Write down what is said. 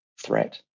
threat